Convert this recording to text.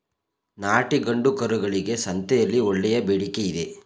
ನಾಟಿ ಗಂಡು ಕರುಗಳಿಗೆ ಸಂತೆಯಲ್ಲಿ ಒಳ್ಳೆಯ ಬೇಡಿಕೆಯಿದೆ